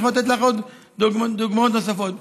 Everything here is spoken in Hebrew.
אני יכול לתת לך דוגמאות נוספות.